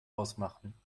ausmachen